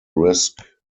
risk